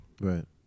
Right